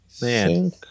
man